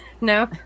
No